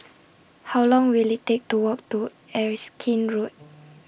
How Long Will IT Take to Walk to Erskine Road